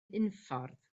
unffordd